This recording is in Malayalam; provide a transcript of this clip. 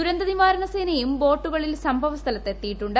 ദുരന്തനിവാരണ സേനയും ബോട്ടുകളിൽ സംഭവ സ്ഥലത്തെത്തിയിട്ടുണ്ട്